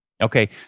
Okay